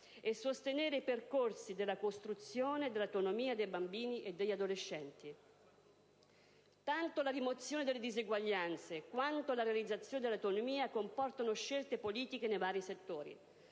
e sostenere i percorsi della costruzione dell'autonomia dei bambini e degli adolescenti. Tanto la rimozione delle diseguaglianze quanto la realizzazione dell'autonomia comportano scelte politiche nei vari settori,